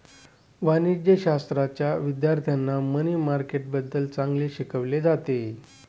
वाणिज्यशाश्राच्या विद्यार्थ्यांना मनी मार्केटबद्दल चांगले शिकवले जाते